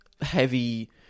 heavy